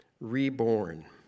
reborn